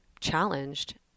challenged